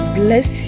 bless